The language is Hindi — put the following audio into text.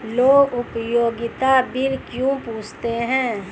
लोग उपयोगिता बिल क्यों पूछते हैं?